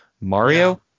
Mario